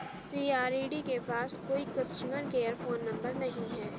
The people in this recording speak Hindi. सी.आर.ई.डी के पास कोई कस्टमर केयर फोन नंबर नहीं है